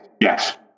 yes